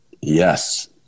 yes